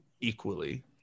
equally